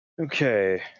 okay